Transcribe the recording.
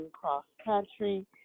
cross-country